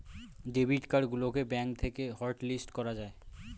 debit card গুলোকে bank থেকে hotlist করা যায়